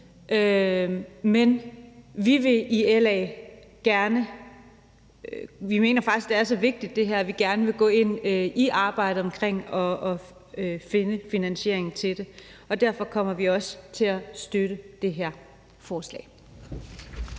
til det. Men vi mener faktisk i LA, at det her er så vigtigt, at vi gerne vil gå ind i arbejdet omkring at finde finansiering til det, og derfor kommer vi også til at støtte det her forslag.